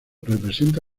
representa